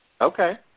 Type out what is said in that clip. Okay